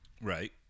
Right